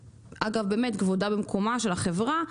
כבודה במקומה של חברת לוריאל,